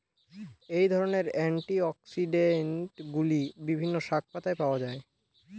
এই ধরনের অ্যান্টিঅক্সিড্যান্টগুলি বিভিন্ন শাকপাতায় পাওয়া য়ায়